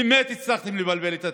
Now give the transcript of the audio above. באמת הצלחתם לבלבל את הציבור.